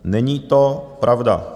Není to pravda.